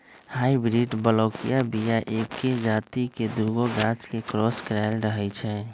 hybrid बलौकीय बीया एके जात के दुगो गाछ के क्रॉस कराएल रहै छै